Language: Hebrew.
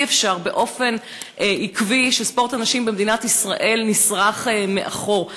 אי-אפשר שספורט הנשים במדינת ישראל באופן עקבי נשרך מאחור.